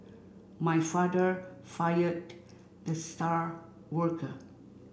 my father fired the star worker